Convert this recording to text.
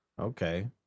Okay